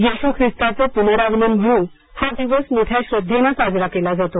येशू ख्रिस्ताचं पुनरागमन म्हणून हा दिवस मोठ्या श्रद्देने साजरा केला जातो